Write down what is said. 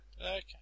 Okay